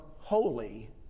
holy